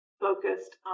focused